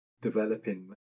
developing